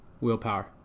willpower